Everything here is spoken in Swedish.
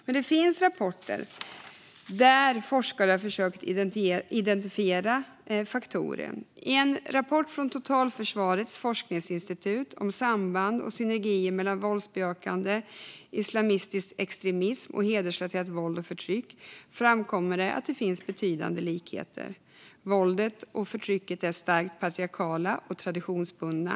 Men det finns rapporter där forskare har försökt identifiera faktorer. I en rapport från Totalförsvarets forskningsinstitut om samband och synergier mellan våldsbejakande islamistisk extremism och hedersrelaterat våld och förtryck framkommer att det finns betydande likheter. Våldet och förtrycket är starkt patriarkalt och traditionsbundet.